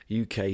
UK